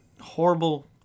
horrible